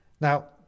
Now